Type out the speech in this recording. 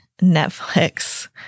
Netflix